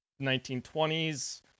1920s